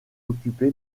occupé